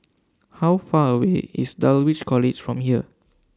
How Far away IS Dulwich College from here